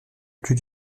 lieu